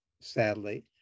sadly